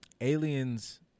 Aliens